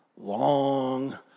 long